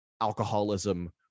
alcoholism